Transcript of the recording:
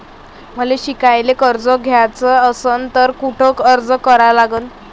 मले शिकायले कर्ज घ्याच असन तर कुठ अर्ज करा लागन?